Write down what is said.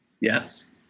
Yes